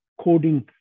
coding